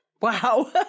Wow